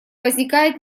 возникает